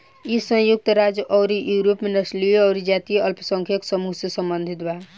इ संयुक्त राज्य अउरी यूरोप में नस्लीय अउरी जातीय अल्पसंख्यक समूह से सम्बंधित बा